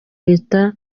leta